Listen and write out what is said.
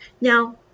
now